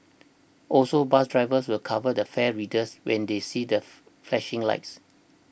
also bus drivers will cover the fare readers when they see that flashing lights